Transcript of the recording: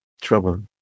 trouble